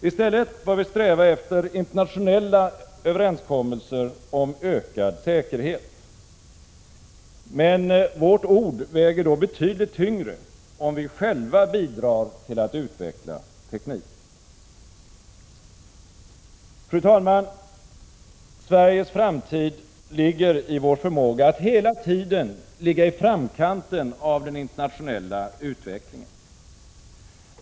I stället bör vi sträva efter internationella överenskommelser om ökad säkerhet. Men vårt ord väger då betydligt tyngre, om vi själva bidrar till att utveckla tekniken. Fru talman! Sveriges framtid ligger i vår förmåga att hela tiden ligga i framkanten av den internationella utvecklingen.